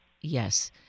Yes